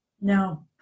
No